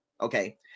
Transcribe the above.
okay